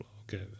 okay